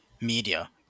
media